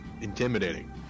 intimidating